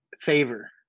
favor